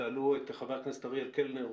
שתעלו את חבר הכנסת אריאל קלנר.